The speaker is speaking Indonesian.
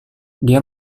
dia